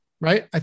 right